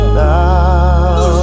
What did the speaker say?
now